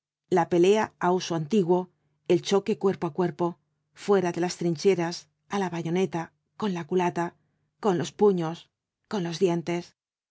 la pelea á uso antiguo el choque cuerpo á cuerpo fuera de las trincheras á la bayoneta con la culata con los puños con los dientes